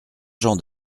jean